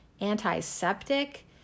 antiseptic